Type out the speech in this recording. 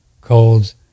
colds